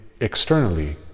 externally